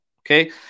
okay